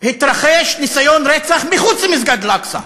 התרחש ניסיון רצח מחוץ למסגד אל-אקצא,